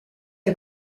der